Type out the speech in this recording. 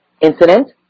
incident